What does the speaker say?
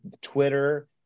Twitter